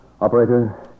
Operator